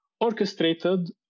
orchestrated